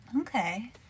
okay